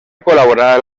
col·laborar